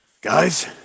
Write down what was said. Guys